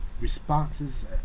responses